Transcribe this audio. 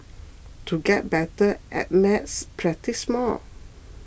to get better at maths practise more